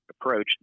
approach